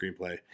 screenplay